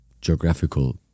geographical